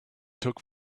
took